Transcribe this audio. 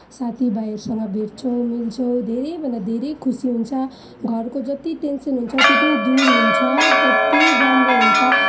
साथी भाइहरूसँग भेट्छौँ मिल्छौँ धेरै भन्दा धेरै खुसी हुन्छ घरको जति टेन्सन हुन्छ त्यो पनि दूर हुन्छ कति राम्रो हुन्छ